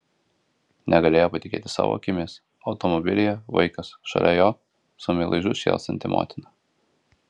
negalėjo patikėti savo akimis automobilyje vaikas šalia jo su meilužiu šėlstanti motina